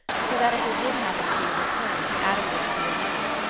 so that if there did happen to be a recurrence, adam wouldn't be alone.